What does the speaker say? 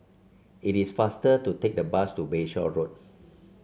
it is faster to take the bus to Bayshore Road